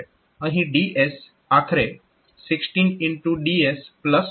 અહીં DS આખરે 16xDSBX છે